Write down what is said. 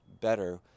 better